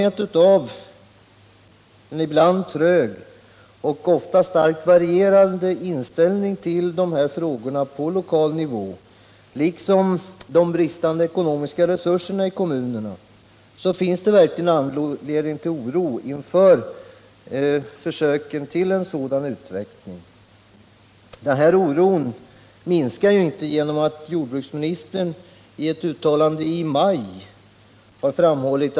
Det borde i dag stå klart för alla att människors möjligheter att få tillgång till natur och rekreationsliv är ett grundläggande behov för hela samhället. Och detta behov finns oavsett vi är verkstadsarbetare, kontorister eller skogsägare. De ekologiska sambanden i livsmiljön medför att rubbningar på ett område får konsekvenser för hela det mänskliga samhället.